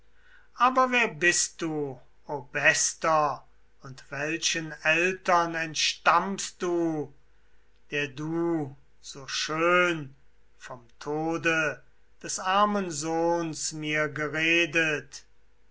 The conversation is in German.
aber wer bist du o bester und welchen eltern entstammst du der du so schön vom tode des armen sohns mir geredet